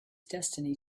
destiny